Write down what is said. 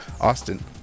Austin